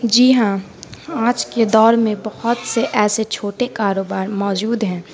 جی ہاں آج کے دور میں بہت سے ایسے چھوٹے کاروبار موجود ہیں